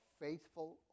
faithful